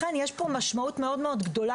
לכן יש פה משמעות מאוד מאוד גדולה.